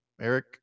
Eric